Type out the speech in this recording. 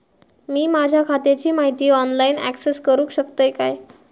मी माझ्या खात्याची माहिती ऑनलाईन अक्सेस करूक शकतय काय?